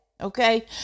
Okay